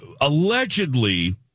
Allegedly